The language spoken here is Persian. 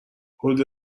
حدود